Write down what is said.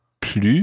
plus